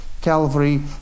Calvary